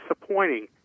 disappointing